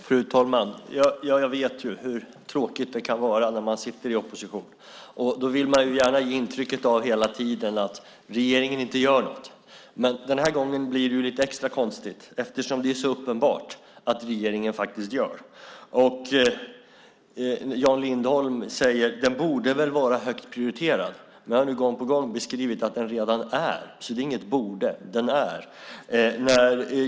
Fru talman! Jag vet hur tråkigt det kan vara att sitta i opposition, och då vill man gärna ge intrycket hela tiden att regeringen inte gör något. Men den här gången blir det lite extra konstigt eftersom det är så uppenbart att regeringen faktiskt gör något. Jan Lindholm säger att frågan väl borde vara högt prioriterad. Det har jag nu gång på gång beskrivit att den redan är, så det är inte fråga om "borde" utan den är prioriterad.